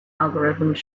algorithms